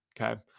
okay